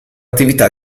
attività